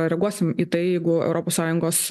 reaguosim į tai jeigu europos sąjungos